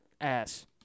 Ass